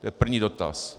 To je první dotaz.